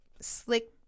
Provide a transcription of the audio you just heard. slick